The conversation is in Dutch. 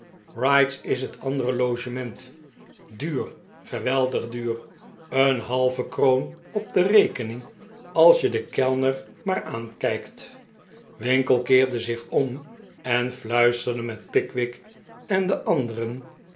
wrights is het andere logement duur geweldig duur een halve kroon op de rekening als je den kellner maar aankijkt winkle keerde zich om en fluisterde met pickwick en de anderen